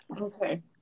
okay